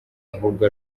ahubwo